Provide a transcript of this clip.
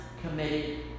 committed